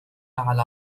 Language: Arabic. على